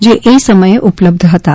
જે એ સમયે ઉપલબ્ધ હતાં